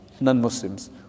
Non-Muslims